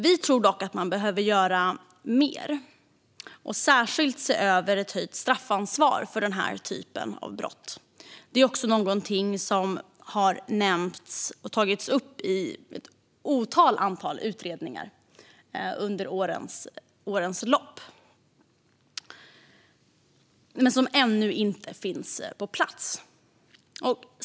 Vi tror dock att man behöver göra mer och särskilt se över ett höjt straffansvar för den här typen av brott. Det har också tagits upp i ett otal utredningar under årens lopp men finns ännu inte på plats.